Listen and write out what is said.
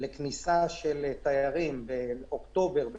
לכניסה של תיירים באוקטובר,